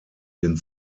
den